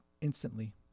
instantly